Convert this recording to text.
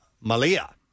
Malia